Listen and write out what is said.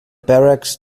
barracks